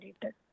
data